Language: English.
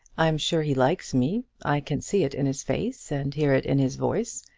i'm sure he likes me. i can see it in his face, and hear it in his voice,